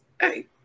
hey